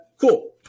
Cool